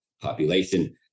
population